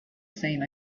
same